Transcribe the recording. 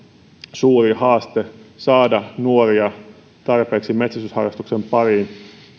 suuri haaste saada nuoria tarpeeksi metsästysharrastuksen pariin